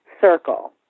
circle